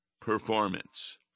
performance